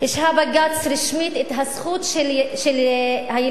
השהה בג"ץ רשמית את הזכות של הילדים,